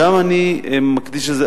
גם אני מקדיש לזה.